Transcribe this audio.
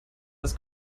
das